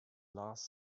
last